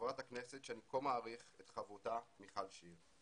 חברת הכנסת שאני כה מעריך את חברותה, מיכל שיר.